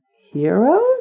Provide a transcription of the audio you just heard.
Heroes